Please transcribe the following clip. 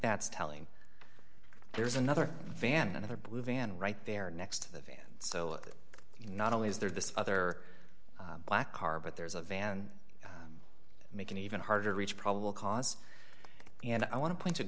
that's telling there's another van another blue van right there next to the van so not only is there this other black car but there's a van to make it even harder to reach probable cause and i want to point t